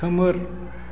खोमोर